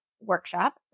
workshop